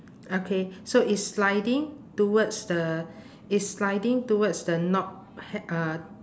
okay so it's sliding towards the it's sliding towards the knob h~ uh